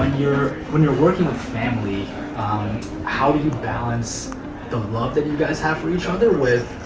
when you're working with family how do you balance the love that you guys have for each other with,